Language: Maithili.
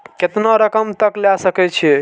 केतना रकम तक ले सके छै?